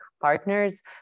partners